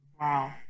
Wow